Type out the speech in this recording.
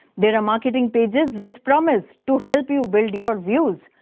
there are marketing pages which promise to help you build your views,